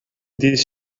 these